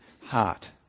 heart